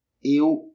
Eu